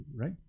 right